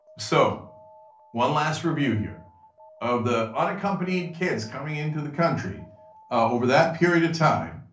so one last review here of the unaccompanied kids coming into the country over that period of time.